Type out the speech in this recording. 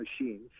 machines